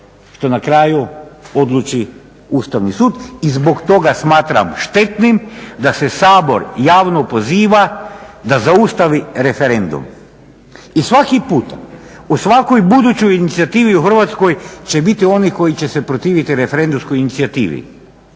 što na kraju odluči Ustavni sud i zbog toga smatram štetnim da se Sabor javno poziva da zaustavi referendum. I svaki puta, u svakoj budućoj inicijativi u Hrvatskoj će biti oni koji će se protiviti referendumskoj inicijativi